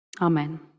Amen